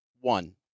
One